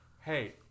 hey